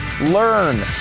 Learn